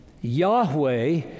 Yahweh